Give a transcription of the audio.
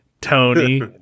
Tony